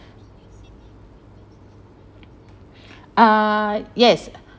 uh yes